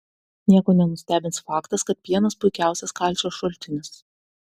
nieko nenustebins faktas kad pienas puikiausias kalcio šaltinis